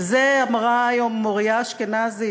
על זה אמרה היום מוריה אשכנזי,